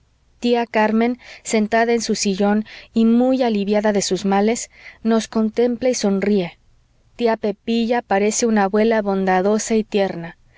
tía carmen sentada en su sillón y muy aliviada de sus males nos contempla y sonríe tía pepilla parece una abuela bondadosa y tierna tu